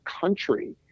country